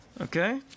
Okay